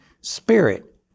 spirit